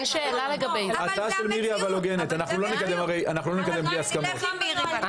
אנחנו לא נקדם בלי הסכמות.